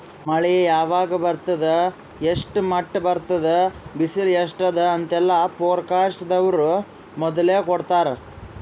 ಮಳಿ ಯಾವಾಗ್ ಬರ್ತದ್ ಎಷ್ಟ್ರ್ ಮಟ್ಟ್ ಬರ್ತದ್ ಬಿಸಿಲ್ ಎಸ್ಟ್ ಅದಾ ಅಂತೆಲ್ಲಾ ಫೋರ್ಕಾಸ್ಟ್ ದವ್ರು ಮೊದ್ಲೇ ಕೊಡ್ತಾರ್